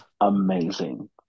Amazing